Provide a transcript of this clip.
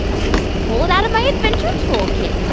let me just pull it out of my adventure toolkit